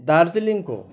दार्जिलिङको